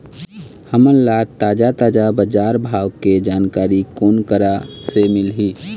हमन ला ताजा ताजा बजार भाव के जानकारी कोन करा से मिलही?